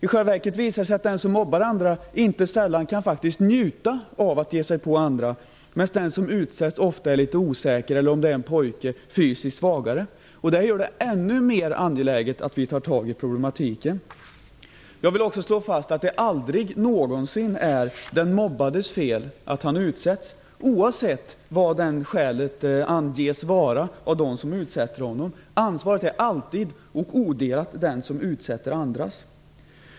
I själva verket visar det sig att den som mobbar andra inte sällan kan njuta av att ge sig på andra, medan den som utsätts ofta är litet osäker eller, om det är en pojke, fysiskt svagare. Det gör det än mer angeläget att vi tar tag i problematiken. Jag vill också slå fast att det aldrig någonsin är den mobbades fel att han utsätts, oavsett vad skälet anges vara av dem som utsätter honom. Ansvaret är alltid och odelat den som utsätter andra.